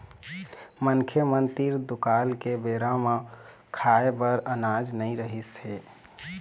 मनखे मन तीर दुकाल के बेरा म खाए बर अनाज नइ रिहिस हे